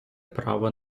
право